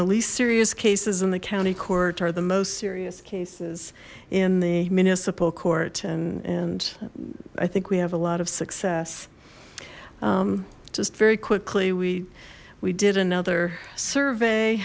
the least serious cases in the county court are the most serious cases in the municipal court and and i think we have a lot of success just very quickly we we did another survey